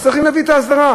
אז צריכים להביא את ההסדרה.